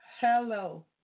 Hello